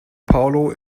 paulo